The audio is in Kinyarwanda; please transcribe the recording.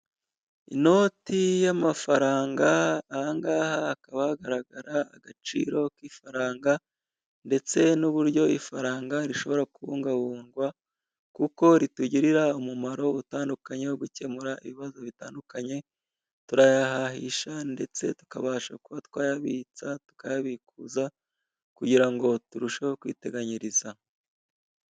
Inoti y'amafaranga, aha ngaha hakaba hagaragara agaciro k'ifaranga ndetse n'uburyo ifaranga rishobora kubungabungwa, kuko ritugirira umumaro utandukanye wo gukemura ibibazo bitandukanye, turayahahisha, ndetse tukabasha kuba twayabitsa, tukayabikuza kugira ngo turusheho kwiteganyiriza.